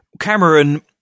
Cameron